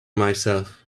myself